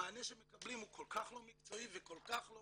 המענה שמקבלים הוא כל כך לא מקצועי וכל כך לא